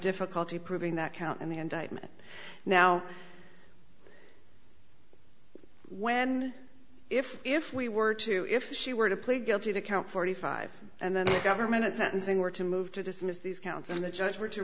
difficulty proving that count in the indictment now when if if we were to if she were to plead guilty to count forty five and then the government at sentencing were to move to dismiss these counts and the judge